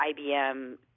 IBM